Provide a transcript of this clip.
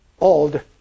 old